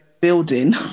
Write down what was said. building